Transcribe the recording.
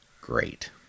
great